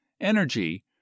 energy